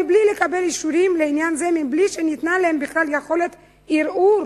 מבלי לקבל אישורים לעניין זה ומבלי שניתנה לקשישים יכולת ערעור